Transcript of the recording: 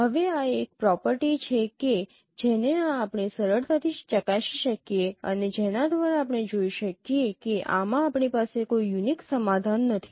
હવે આ એક એવી પ્રોપર્ટી છે કે જેને આપણે સરળતાથી ચકાસી શકીએ અને જેના દ્વારા આપણે જોઈ શકીએ કે આમાં આપણી પાસે કોઈ યુનિક સમાધાન નથી